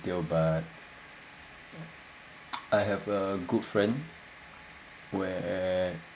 detail but I have a good friend where